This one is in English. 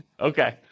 Okay